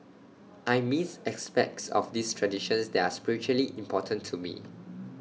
I missed aspects of these traditions that are spiritually important to me